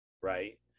Right